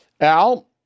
Al